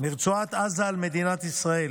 מרצועת עזה על מדינת ישראל,